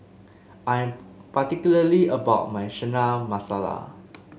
I'm particularly about my Chana Masala